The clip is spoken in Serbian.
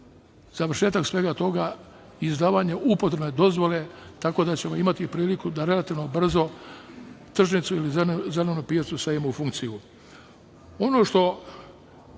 završetak svega toga, izdavanje upotrebne dozvole, tako da ćemo imati priliku da relativno brzo tržnicu ili zelenu pijacu stavimo u funkciju. Ono